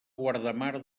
guardamar